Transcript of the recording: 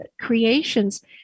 creations